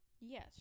Yes